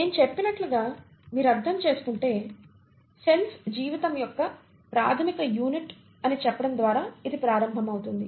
నేను చెప్పినట్లుగా మీరు అర్థం చేసుకుంటే సెల్స్ జీవితం యొక్క ప్రాథమిక యూనిట్ అని చెప్పడం ద్వారా ఇది ప్రారంభమవుతుంది